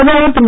பிரதமர் திரு